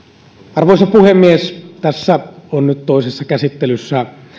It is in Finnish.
arvoisa puhemies tässä on nyt toisessa käsittelyssä